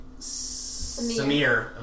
Samir